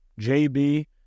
JB